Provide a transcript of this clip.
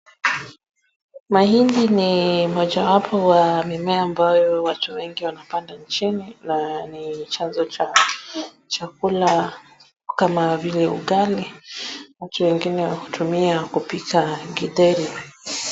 Mahindi ni mojawapo wa mimea ambayo watu wengi wanapanda nchini na ni chanzo cha chakula kama vile ugali, watu wengine wanatumia kupika githeri.